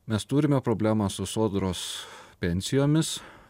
mes turime problemą su sodros pensijomis